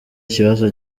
ikibazo